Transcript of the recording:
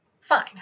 Fine